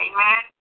Amen